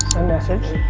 message,